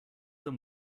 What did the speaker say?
them